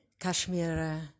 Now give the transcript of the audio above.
Kashmir